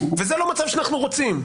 וזה לא מצב שאנחנו רוצים.